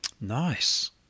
Nice